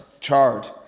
charred